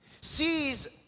sees